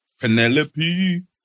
Penelope